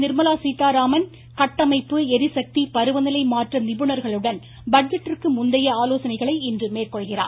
நிர்மலா சீதாராமன் கட்டமைப்பு எரிசக்தி பருவநிலை மாற்ற நிபுணர்களுடன் பட்ஜெட்டிற்கு முந்தைய ஆலோசனைகளை இன்று மேற்கொள்கிறார்